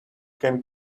can